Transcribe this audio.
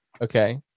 okay